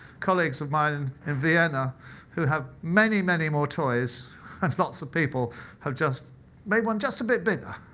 colleagues of mine and in vienna who have many, many more toys and lots of people have just made one just a bit bigger.